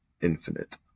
infinite